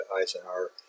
Eisenhower